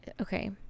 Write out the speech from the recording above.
Okay